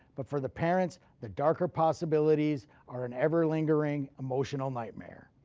but for the parents the darker possibilities are an ever lingering emotional nightmare.